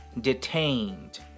Detained